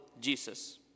Jesus